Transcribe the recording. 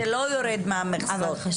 זה לא יורד מהמכסות.